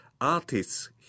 artists